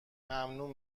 ممنوع